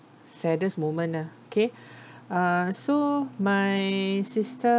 saddest moment lah okay uh so my sister